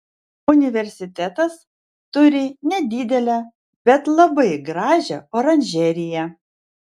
universitetas turi nedidelę bet labai gražią oranžeriją